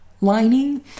lining